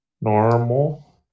normal